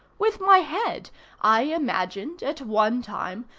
with my head i imagined, at one time,